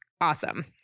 awesome